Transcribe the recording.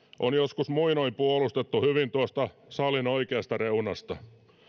on joskus muinoin puolustettu hyvin tuosta salin oikeasta reunasta